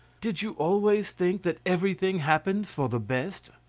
did you always think that everything happens for the best?